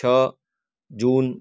છ જૂન